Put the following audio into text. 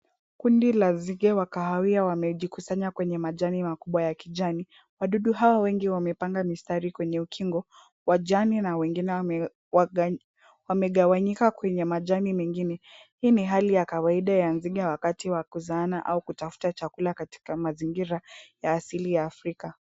Kundi la nzige wa kahawia wamejikusanya kwenye majani makubwa ya kijani. Wadudu hawa wengi wamepanga mistari kwenye ukingo wa jani na wengine wamegawanyika kwenye majani mengine. Hii ni hali ya kawaida ya nzige wakati wa kuzaana au kutafuta chakula katika mazingira ya asili ya Afrika.